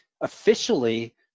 officially